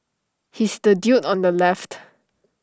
he's the dude on the left